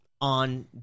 on